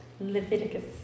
Leviticus